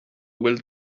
bhfuil